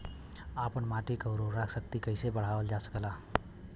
आपन माटी क उर्वरा शक्ति कइसे बढ़ावल जा सकेला?